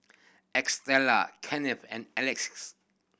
Estella Kenneth and Alexis